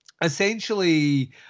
essentially